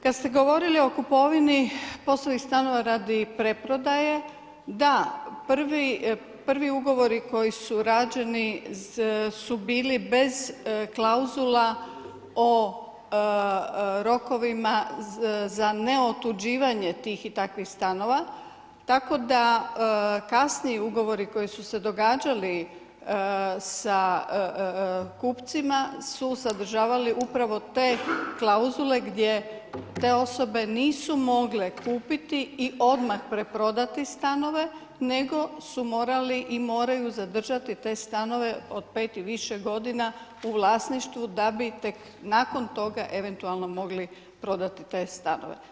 Kad ste govorili o kupovini poslovnih stanova, radi preprodaje, da prvi ugovori koji su rađeni su bili bez klauzula o rokovima za neotuđivanje tih i takvih stanova, tako da kasnije ugovori koji su se događali sa kupcima, su sadržavale upravo te klauzule gdje te osobe nisu mogle kupiti i odmah preprodati stanove, nego su morali i moraju zadržati te stanove, od 5 i više g. u vlasništvu, da bi tek nakon toga, eventualno mogli prodati te stanove.